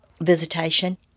visitation